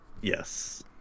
Yes